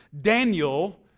Daniel